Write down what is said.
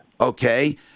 okay